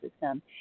system